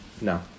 No